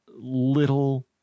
little